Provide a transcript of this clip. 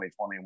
2021